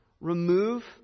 Remove